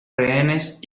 rehenes